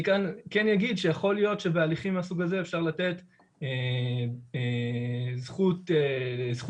אני כאן כן אגיד שיכול להיות שבהליכים מהסוג הזה אפשר לתת זכות טיעון,